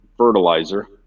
fertilizer